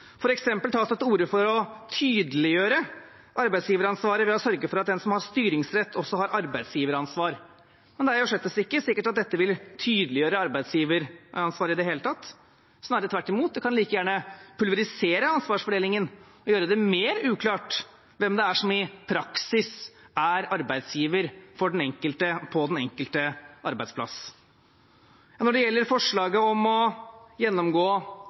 Det tas f.eks. til orde for å tydeliggjøre arbeidsgiveransvaret ved å sørge for at den som har styringsrett, også har arbeidsgiveransvar. Men det er jo slett ikke sikkert at dette vil tydeliggjøre arbeidsgiveransvaret i det hele tatt – snarere tvert imot. Det kan like gjerne pulverisere ansvarsfordelingen ved å gjøre det mer uklart hvem det er som i praksis er arbeidsgiver på den enkelte arbeidsplass. Når det gjelder forslaget om å gjennomgå